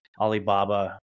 Alibaba